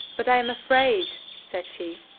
but i am afraid, said she,